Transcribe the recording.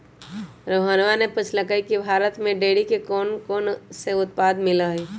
रोहणवा ने पूछल कई की भारत में डेयरी के कौनकौन से उत्पाद मिला हई?